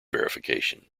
verification